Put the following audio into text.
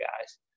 guys